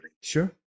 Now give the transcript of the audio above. Sure